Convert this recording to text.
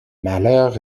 malheur